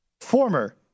former